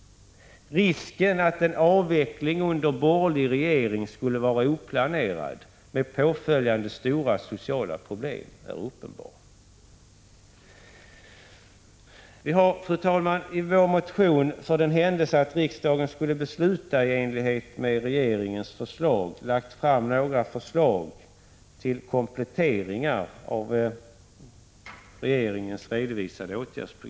1985/86:155 att en avveckling under borgerlig regering skulle vara oplanerad med 29 maj 1986 åtföljande stora sociala problem är uppenbar. Vi har, fru talman, i vår motion, för den händelse att riksdagen skulle besluta i enlighet med regeringens förslag, lagt fram några förslag till kompletteringar av det av regeringen redovisade åtgärdspaketet.